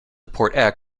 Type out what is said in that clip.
port